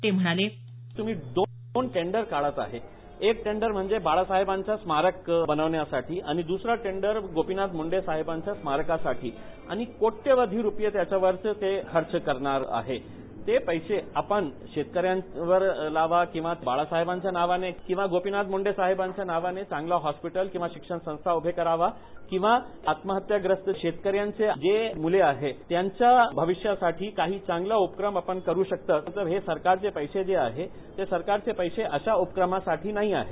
ते म्हणाले तुम्ही दोन टेंडर काढात आहे एक म्हणजे बाळासाहेबांचे स्मारक बनवण्यासाठी आणि दसरा टेंडर गोपीनाथ मुंडे साहेबांचा स्मारकासाठी आणि कोट्यवधी रुपये त्याच्यावर ते खर्च करणार आहे ते पैसे आपण शेतकऱ्यांवर लावा किंवा बाळासाहेबांच्या नावाने किंवा गोपीनाथ मुंडे साहेबांच्या नावाने चांगला हॉस्पिटल किंवा शिक्षण संस्था उभो करावा किंवा आत्महत्याग्रस्त शेतकऱ्यांची जे मुले आहे त्यांच्या भविष्यासाठी काही चांगला उपक्रम आपण करू शकतो हे सरकारचे पैसे आहे ते सरकारचे पैसे अशा उपक्रमासाठी नाही आहे